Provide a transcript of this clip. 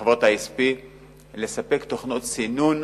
הבקשה שלי מחברות ה-ISP היתה לספק תוכנות סינון